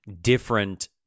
different